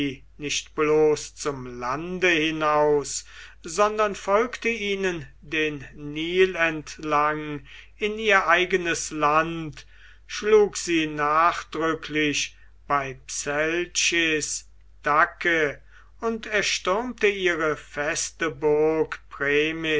nicht bloß zum lande hinaus sondern folgte ihnen den nil entlang in ihr eigenes land schlug sie nachdrücklich bei pselchis dakke und erstürmte ihre feste burg